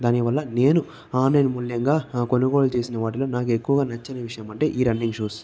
దానివల్ల నేను ఆన్లైన్ మూల్యంగా కొనుగోలు చేసిన వాటిల్లో నాకు ఎక్కువ నచ్చని విషయం అంటే ఈ రన్నింగ్ షూస్